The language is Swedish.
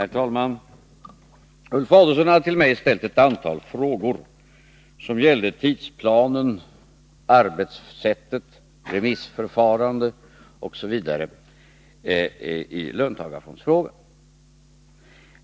Herr talman! Ulf Adelsohn har till mig ställt ett antal frågor som gäller tidsplanen, arbetssättet, remissförfarandet osv. i löntagarfondsfrågan.